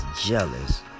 jealous